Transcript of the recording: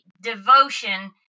devotion